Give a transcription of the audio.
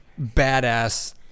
badass